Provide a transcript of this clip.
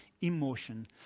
emotion